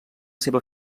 seva